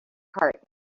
heart